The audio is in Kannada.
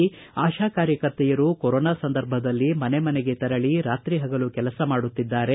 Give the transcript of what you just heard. ಶಿವಕುಮಾರ್ ಮತನಾಡಿ ಆಶಾ ಕಾರ್ಯಕರ್ತೆಯರು ಕೊರೊನಾ ಸಂದರ್ಭದಲ್ಲಿ ಮನೆ ಮನೆಗೆ ತೆರಳಿ ರಾತ್ರಿ ಹಗಲು ಕೆಲಸ ಮಾಡುತ್ತಿದ್ದಾರೆ